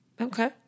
Okay